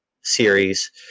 series